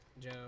Joe